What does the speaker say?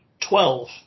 Twelve